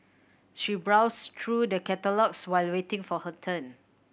she browsed through the catalogues while waiting for her turn